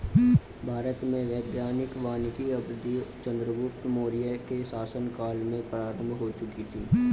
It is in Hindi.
भारत में वैज्ञानिक वानिकी यद्यपि चंद्रगुप्त मौर्य के शासन काल में प्रारंभ हो चुकी थी